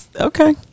Okay